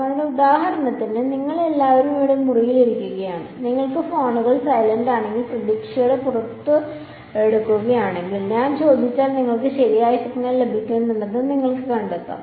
അതിനാൽ ഉദാഹരണത്തിന് നിങ്ങൾ എല്ലാവരും ഇവിടെ ഈ മുറിയിൽ ഇരിക്കുകയാണ് നിങ്ങളുടെ ഫോണുകൾ സൈലന്റ് ആണെങ്കിൽ പ്രതീക്ഷയോടെ പുറത്തെടുക്കുകയാണെങ്കിൽ ഞാൻ ചോദിച്ചാൽ നിങ്ങൾക്ക് ശരിയായ സിഗ്നൽ ലഭിക്കുന്നുണ്ടെന്ന് നിങ്ങൾ കണ്ടെത്തണം